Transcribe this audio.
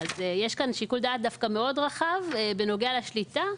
יש כאן שיקול דעת דווקא מאוד רחב בנוגע לשליטה,